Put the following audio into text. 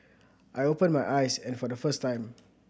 I open my eyes and for the first time